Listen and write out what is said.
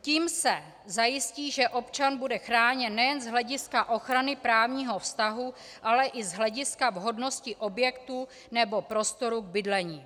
Tím se zajistí, že občan bude chráněn nejen z hlediska ochrany právního vztahu, ale i z hlediska vhodnosti objektu nebo prostoru k bydlení.